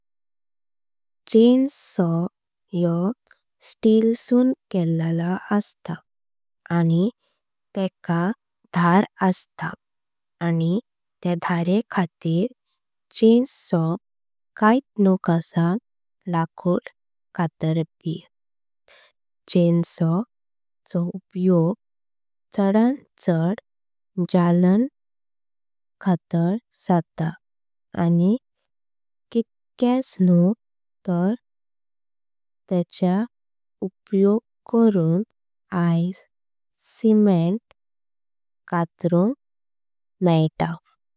चेंसॉ यो स्टील सुन केल्ला्ला अस्त आणि तेका। धर अस्त आणि त्या धारे खातर चेंसॉ कायत। न्हू कस लकुड कतारपी चेंसॉ चो। उपयोग चडन चाड। जलांन खातर जाता आणि इतक्याच न्हू तर। तेच्य उपयोग करून आइस। सिमेंट सुधा कतरूंक मेल्टा।